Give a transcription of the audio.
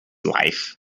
life